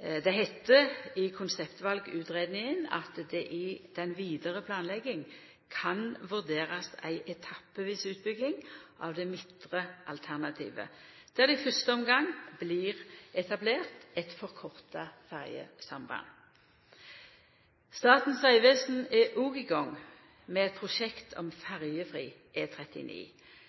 Det heiter i konseptvalutgreiinga at det i den vidare planlegginga kan vurderast ei etappevis utbygging av det midtre alternativet, der det i fyrste omgang blir etablert eit forkorta ferjesamband. Statens vegvesen er òg i gang med eit prosjekt om ferjefri